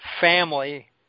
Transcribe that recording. family